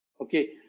Okay